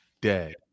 dead